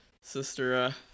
sister